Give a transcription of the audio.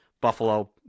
Buffalo